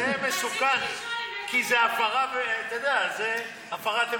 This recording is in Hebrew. זה מסוכן כי זו, אתה יודע, הפרת אמונים.